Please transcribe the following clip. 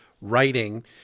writing